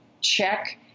check